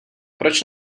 proč